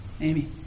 Amy